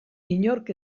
inork